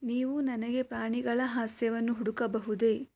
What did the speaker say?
ನೀವು ನನಗೆ ಪ್ರಾಣಿಗಳ ಹಾಸ್ಯವನ್ನು ಹುಡುಕಬಹುದೆ